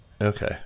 Okay